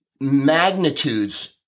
magnitudes